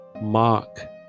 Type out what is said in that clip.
Mark